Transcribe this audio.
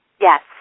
Yes